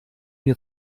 mir